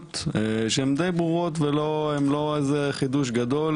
המגמות שהן די ברורות והן לא חידוש גדול,